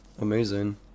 amazing